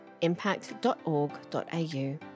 impact.org.au